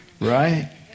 Right